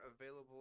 available